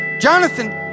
Jonathan